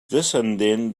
descendent